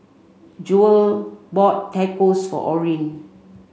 Jewel bought Tacos for Orin